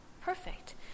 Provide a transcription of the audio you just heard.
Perfect